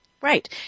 Right